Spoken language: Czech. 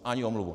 Ani omluvu.